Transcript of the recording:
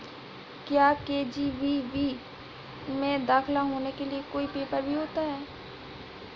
क्या के.जी.बी.वी में दाखिला लेने के लिए कोई पेपर भी होता है?